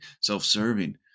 self-serving